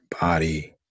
body